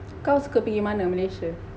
kau suka pergi mana malaysia